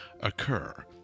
occur